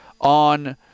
on